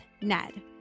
Ned